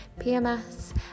PMS